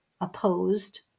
opposed